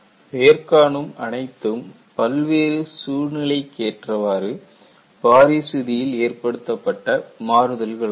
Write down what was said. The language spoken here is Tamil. மேற்காணும் அனைத்தும் பல்வேறு சூழ்நிலைக்கேற்றவாறு பாரிஸ் விதியில் ஏற்படுத்தப்பட்ட மாறுதல்கள் ஆகும்